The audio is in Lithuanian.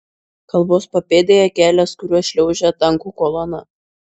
kalvos papėdėje kelias kuriuo šliaužia tankų kolona